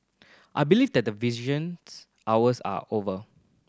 I believe that visitations hours are over